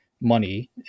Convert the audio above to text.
money